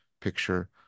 picture